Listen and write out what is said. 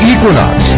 Equinox